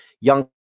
young